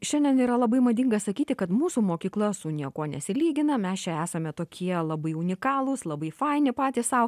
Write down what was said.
šiandien yra labai madinga sakyti kad mūsų mokykla su niekuo nesilygina mes čia esame tokie labai unikalūs labai faini patys sau